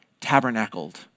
tabernacled